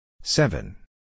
seven